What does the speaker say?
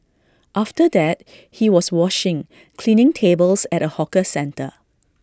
after that he was washing cleaning tables at A hawker centre